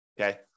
okay